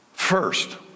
First